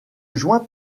joint